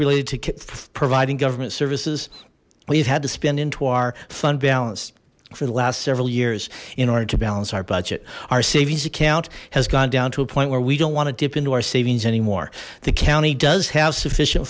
related to providing government services we've had to spend into our fund balance for the last several years in order to balance our budget our savings account has gone down to a point where we don't want to dip into our savings anymore the county does have sufficient